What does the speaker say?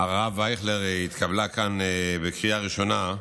הרב אייכלר התקבלה כאן בקריאה ראשונה,